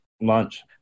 lunch